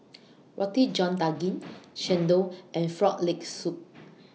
Roti John Daging Chendol and Frog Leg Soup